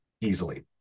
easily